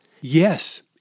Yes